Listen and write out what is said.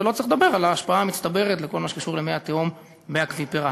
ולא צריך לדבר על ההשפעה המצטברת בכל מה שקשור למי התהום באקוויפר ההר.